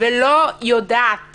ולא יודעת